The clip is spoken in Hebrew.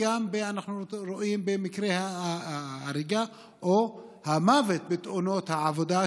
אנחנו רואים גם במקרי ההריגה או המוות בתאונות העבודה,